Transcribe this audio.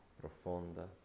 profonda